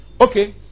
Okay